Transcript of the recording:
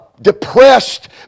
depressed